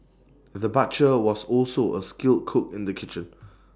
the butcher was also A skilled cook in the kitchen